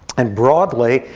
and broadly,